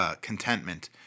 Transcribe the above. contentment